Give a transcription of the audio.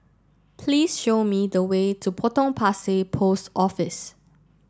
please show me the way to Potong Pasir Post Office